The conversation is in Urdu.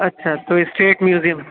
اچھا تو اسٹیٹ میوزیم